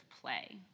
play